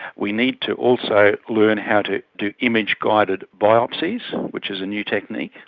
we need to also learn how to do image-guided biopsies which is a new technique.